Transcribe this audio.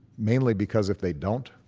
mainly because if they don't,